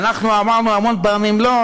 ואנחנו אמרנו המון פעמים: לא,